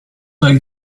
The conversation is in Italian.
dal